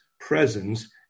presence